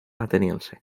ateniense